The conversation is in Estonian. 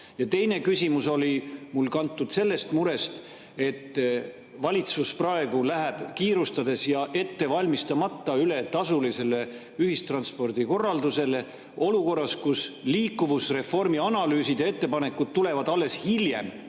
teine küsimus oli mul kantud sellest murest, et valitsus praegu läheb kiirustades ja ettevalmistamata üle tasulise ühistranspordi korraldusele olukorras, kus liikuvusreformi analüüsid ja ettepanekud tulevad alles hiljem,